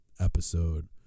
episode